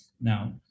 now